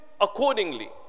accordingly